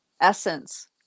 essence